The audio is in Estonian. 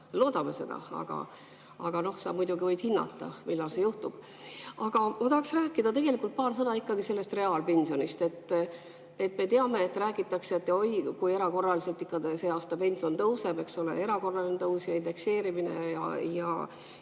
Loodame seda. Aga noh, sa muidugi võid hinnata, millal see juhtub. Aga ma tahaks rääkida paar sõna ikkagi reaalpensionist. Me teame, et räägitakse: oi, erakorraliselt sel aastal pension tõuseb, on erakorraline tõus ja indekseerimine ja